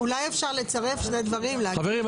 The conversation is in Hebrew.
אולי אפשר לצרף שני דברים ולהגיד --- חברים,